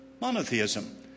monotheism